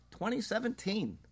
2017